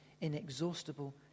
inexhaustible